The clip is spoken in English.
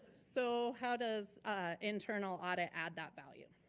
so how does internal audit add that value?